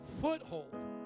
foothold